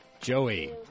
Joey